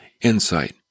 insight